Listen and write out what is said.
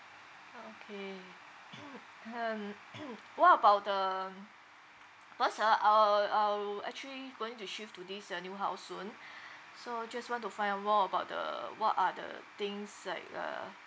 orh okay uh hmm what about the um because uh I will I will actually going to shift to this uh new house soon so just want to find out more about the what are the things like uh